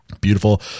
Beautiful